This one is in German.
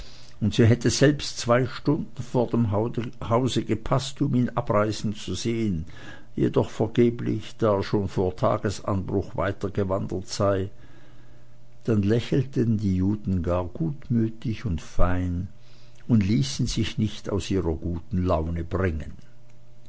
und sie hätte selbst zwei stunden vor dem hause gepaßt um ihn abreisen zu sehen jedoch vergeblich da er schon vor tagesanbruch weitergewandert sei dann lächelten die juden gar gutmütig und fein und ließen sich nicht aus ihrer guten laune bringen